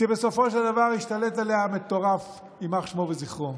ובסופו של דבר השתלט עליה המטורף, יימח שמו וזכרו.